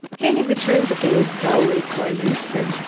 haney returned the gaze dully for an instant,